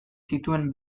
zituen